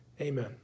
Amen